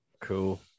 Cool